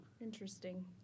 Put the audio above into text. Interesting